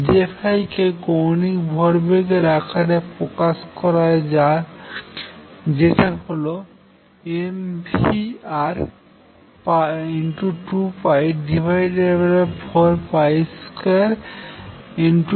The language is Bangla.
J কে কৌণিক ভরবেগের আকারে প্রকাশ করা যাক যেটা হল mvR2π42mR2